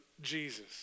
Jesus